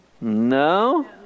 No